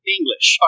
English